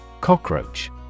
Cockroach